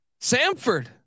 Samford